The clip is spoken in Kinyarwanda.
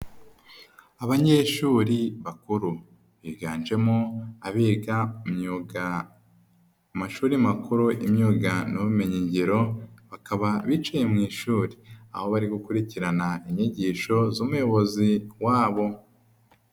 Abanyeshuri bakuru biganjemo abiga imyuga, amashuri makuru y'imyuga n'ubumenyingiro bakaba bicaye mu ishuri aho bari gukurikirana inyigisho z'umuyobozi wabo.